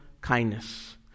kindness